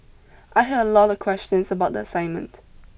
I had a lot of questions about the assignment